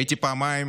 הייתי פעמיים